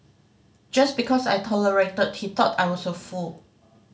just because I tolerated he thought I was a fool